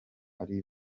ari